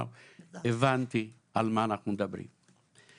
הבנתי על מה אנחנו מדברים.